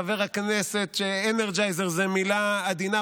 חבר הכנסת, שאנרג'ייזר זה מילה עדינה.